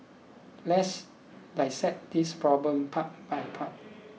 let's dissect this problem part by part